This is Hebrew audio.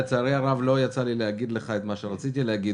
לצערי הרב לא יצא לי להגיד לך את מה שרציתי להגיד,